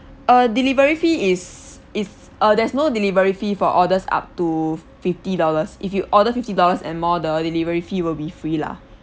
uh delivery fee is is uh there's no delivery fee for orders up to fifty dollars if you order fifty dollars and more the delivery fee will be free lah